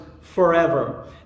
forever